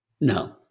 no